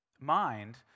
mind